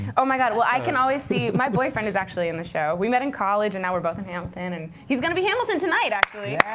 oh my god, well, i can always see my boyfriend is actually in the show. we met in college, and now we're both in hamilton. and he's going to be hamilton tonight, actually.